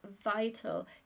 vital